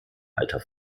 alter